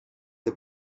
the